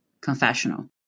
confessional